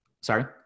Sorry